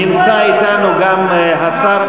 נמצא אתנו גם השר,